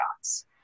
shots